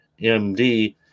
MD